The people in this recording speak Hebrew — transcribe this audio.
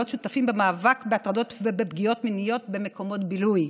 שותפים במאבק בהטרדות ובפגיעות מיניות במקומות בילוי.